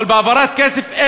אבל העברת כסף,